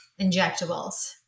injectables